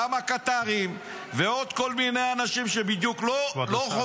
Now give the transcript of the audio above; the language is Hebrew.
גם הקטרים ועוד כל מיני אנשים שהם לא בדיוק חובבי